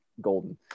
golden